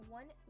one